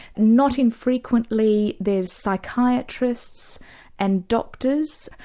not infrequently there's psychiatrists and doctors,